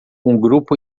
grupo